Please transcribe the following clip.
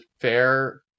fair